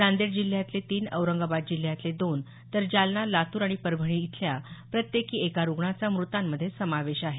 नांदेड जिल्ह्यातले तीन औरंगाबाद जिल्ह्यातले दोन तर जालना लातूर आणि परभणी इथल्या प्रत्येकी एका रुग्णाचा मृतांमधे समावेश आहे